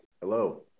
Hello